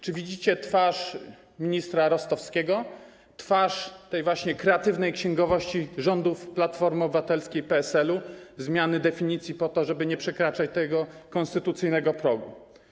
Czy widzicie twarz ministra Rostowskiego, twarz tej właśnie kreatywnej księgowości rządów Platformy Obywatelskiej i PSL-u, zmiany definicji po to, żeby nie przekraczać tego konstytucyjnego progu?